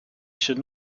should